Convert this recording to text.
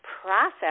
process